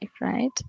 right